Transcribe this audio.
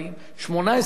18 שרים,